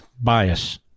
bias